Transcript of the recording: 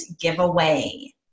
giveaway